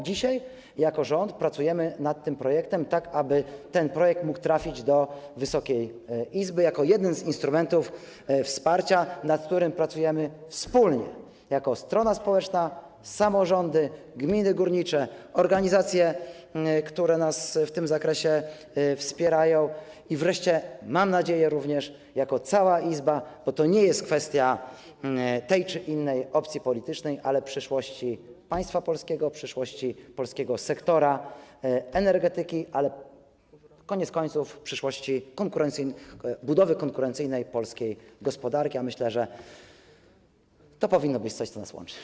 Dzisiaj jako rząd pracujemy nad tym projektem, tak aby ten projekt mógł trafić do Wysokiej Izby jako jeden z instrumentów wsparcia, nad którym pracujemy wspólnie jako strona społeczna, samorządy, gminy górnicze, organizacje, które nas w tym zakresie wspierają, i wreszcie, mam również nadzieję, jako cała Izba, bo to nie jest kwestia tej czy innej opcji politycznej, ale to jest kwestia przyszłości państwa polskiego, przyszłości polskiego sektora energetyki, a koniec końców przyszłości budowy konkurencyjnej polskiej gospodarki, a myślę, że to powinno być coś, co nas łączy.